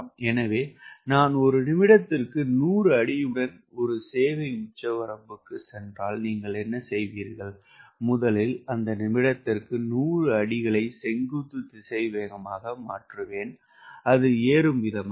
எனவே நான் ஒரு நிமிடத்திற்கு நூறு அடியுடன் ஒரு சேவை உச்சவரம்புக்குச் சென்றால் நீங்கள் என்ன செய்வீர்கள் முதலில் அந்த நிமிடத்திற்கு 100 அடிகளை செங்குத்து திசைவேகமாக மாற்றுவேன் அது ஏறும் வீதமாகும்